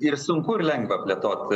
ir sunku ir lengva plėtot